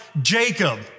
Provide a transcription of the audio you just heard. Jacob